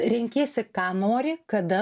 renkiesi ką nori kada